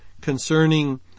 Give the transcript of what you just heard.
concerning